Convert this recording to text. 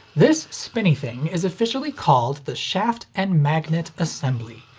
this spinny thing is officially called the shaft and magnet assembly,